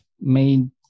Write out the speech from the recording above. made